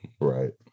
right